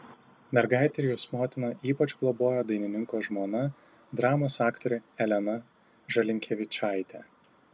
mergaitę ir jos motiną ypač globojo dainininko žmona dramos aktorė elena žalinkevičaitė